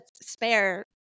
spare